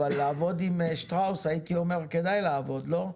אבל לעבוד עם שטראוס, הייתי אומר, כדאי לעבוד, לא?